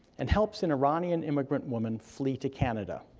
and helps an iranian immigrant woman flee to canada.